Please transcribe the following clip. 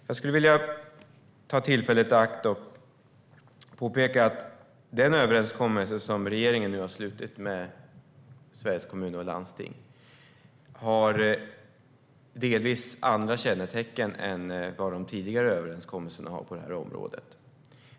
Jag skulle också vilja ta tillfället i akt att påpeka att den överenskommelse som regeringen nu har slutit med Sveriges Kommuner och Landsting delvis har andra kännetecken än de tidigare överenskommelserna på det här området.